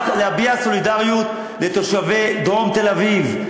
רק להביע סולידריות עם תושבי דרום תל-אביב,